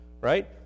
right